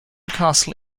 castle